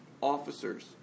officers